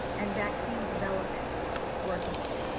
and vaccine development working group.